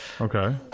okay